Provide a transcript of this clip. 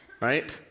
right